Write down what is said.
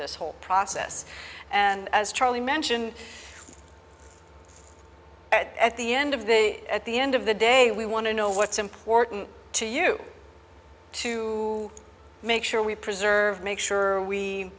this whole process and as charlie mentioned at the end of the at the end of the day we want to know what's important to you to make sure we preserve make sure we